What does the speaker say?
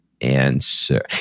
answer